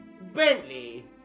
Bentley